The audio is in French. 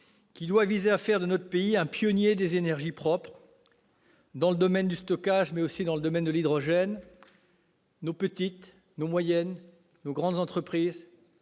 doit viser à faire de notre pays un pionnier des énergies propres, dans le domaine du stockage, mais aussi dans celui de l'hydrogène. Nos petites, moyennes et grandes entreprises